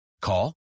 Call